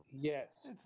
Yes